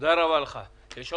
אני מייסד